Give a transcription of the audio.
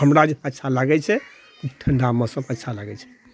हमरा जे अच्छा लागै छै ठण्डा मौसम अच्छा लागै छै